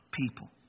people